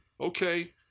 Okay